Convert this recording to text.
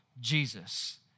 Jesus